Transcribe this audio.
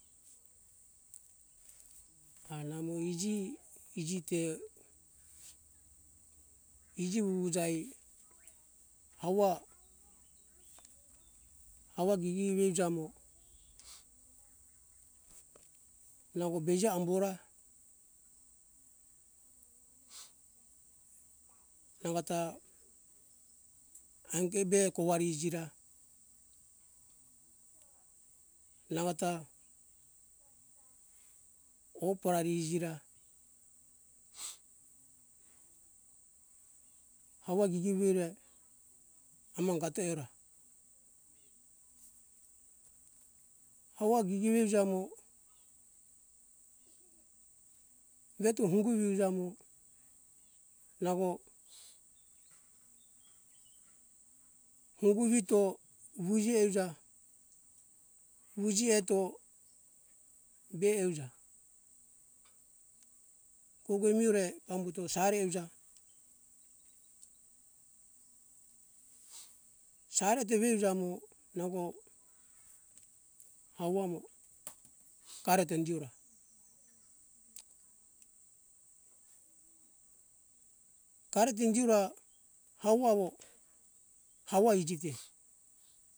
Ah namo iji ijite, iji vuvujai hauva hauva gigi veujamo nango beije hambu ora nangota ange be kovari ijira, nangota oh parari iji ra, hauva gigi veure amangato eora. Hauva gigi veuja mo veto hungu viuja mo nango, hungu vito vuji euja vuji eto be euja koue miore pambuto sari vuja, sari eoto veuja mo nango hau va mo kareto hindi eora, hareto hindi eora hauva mo hauva iji te